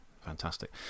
fantastic